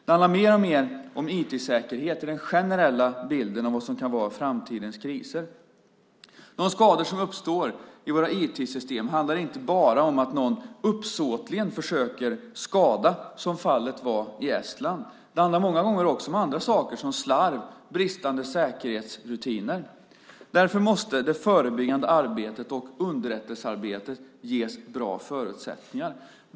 Det handlar mer och mer om IT-säkerhet i den generella bilden av vad som kan vara framtidens kriser. De skador som uppstår i våra IT-system handlar inte bara om att någon uppsåtligen försöker skada, som fallet var i Estland. Många gånger handlar det också om andra saker, som slarv eller bristande säkerhetsrutiner. Därför måste det förebyggande arbetet och underrättelsearbetet ges bra förutsättningar.